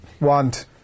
want